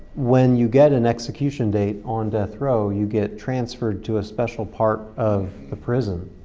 when you get an execution date on death row you get transferred to a special part of the prison.